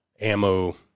ammo